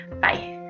Bye